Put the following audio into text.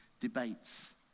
debates